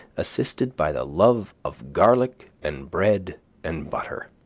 assisted by the love of garlic and bread and butter.